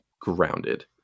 grounded